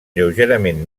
lleugerament